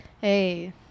Hey